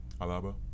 Alaba